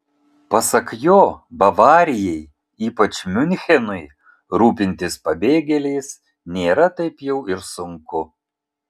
pasak jo bavarijai ypač miunchenui rūpintis pabėgėliais nėra taip jau ir sunku